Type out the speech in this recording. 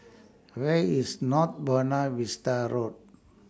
Where IS North Buona Vista Road